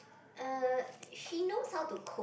uh she knows how to code